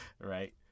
right